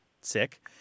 sick